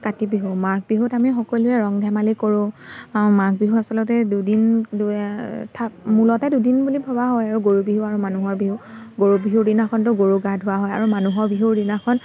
কাতি বিহু মাঘ বিহুত আমি সকলোৱে ৰং ধেমালি কৰোঁ আৰু মাঘ বিহু আচলতে দুদিন থাক মূলতে দুদিন বুলি ভবা হয় আৰু গৰু বিহু আৰু মানুহৰ বিহু গৰু বিহুৰ দিনাখনতো গৰু গা ধোৱা হয় আৰু মানুহৰ বিহুৰ দিনাখন